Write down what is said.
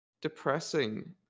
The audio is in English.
depressing